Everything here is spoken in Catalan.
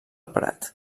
prat